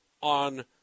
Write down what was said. on